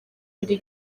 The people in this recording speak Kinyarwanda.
ibiri